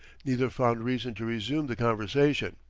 neither found reason to resume the conversation.